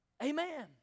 Amen